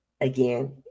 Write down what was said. again